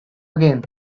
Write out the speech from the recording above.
again